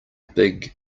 big